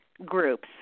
groups